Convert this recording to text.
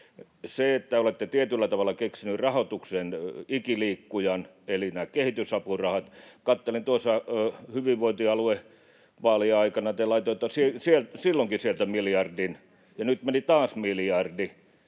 miljardi. Olette tietyllä tavalla keksineet rahoituksen ikiliikkujan eli nämä kehitysapurahat. Katselin tuossa hyvinvointialuevaalien aikana, että te laitoitte silloinkin sieltä miljardin, ja nyt meni taas miljardi,